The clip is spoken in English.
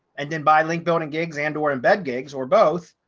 and then by link building gigs and or embed gigs, or both,